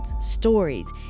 stories